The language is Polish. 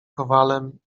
kowalem